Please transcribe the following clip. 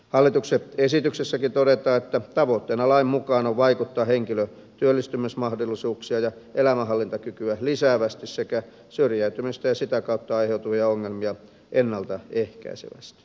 hallituksen esityksessäkin todetaan että tavoitteena lain mukaan on vaikuttaa henkilön työllistymismahdollisuuksia ja elämänhallintakykyä lisäävästi sekä syrjäytymistä ja sitä kautta aiheutuvia ongelmia ennalta ehkäisevästi